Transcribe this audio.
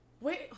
Wait